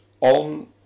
on